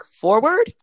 forward